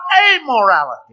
amorality